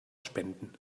spenden